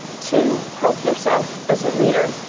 to help yourself as a reader,